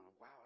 wow